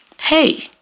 Hey